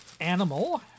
animal